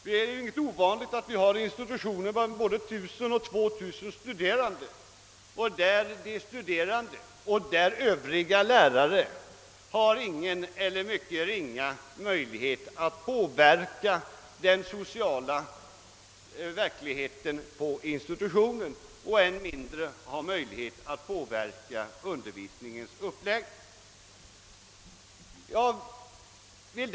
Det är inte ovanligt med institutioner på 1000—2 000 studerande där elever och övriga lärare inte har någon eller mycket ringa möjlighet att påverka den sociala verkligheten på institutionen, än mindre påverka undervisningens uppläggning.